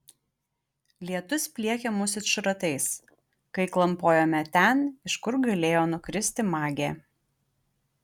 lietus pliekė mus it šratais kai klampojome ten iš kur galėjo nukristi magė